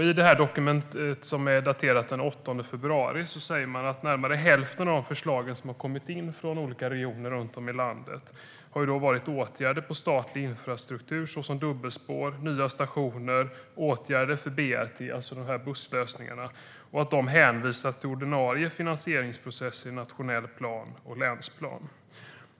I dokumentet, som är daterat den 8 februari, säger man att närmare hälften av de förslag som har kommit in från olika regioner runt om i landet har varit åtgärder för statlig infrastruktur, såsom dubbelspår, nya stationer och åtgärder för BRT - alltså dessa busslösningar. De hänvisas till ordinarie finansieringsprocess i en nationell plan och länsplan.